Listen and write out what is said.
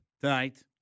tonight